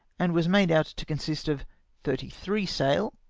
and was made out to consist of thiity-three sail,